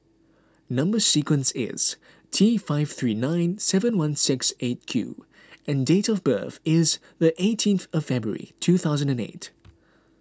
Number Sequence is T five three nine seven one six eight Q and date of birth is the eighteenth of February two thousand and eight